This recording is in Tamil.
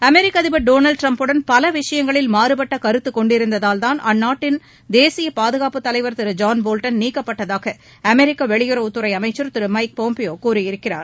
அமெிக்க அதிபர் டொனால்ட் ட்ரம்ப் உடன் பல விஷயங்களில் மாறுபட்ட கருத்து கொண்டிருந்ததால்தான் அந்நாட்டின் தேசிய பாதுகாப்பு தலைவர் திரு ஜான் போல்டன் நீக்கப்பட்டதாக அமெரிக்க வெளியுறவுத் துறை அமைச்சா் திரு மைக் பாம்பியோ கூறியிருக்கிறார்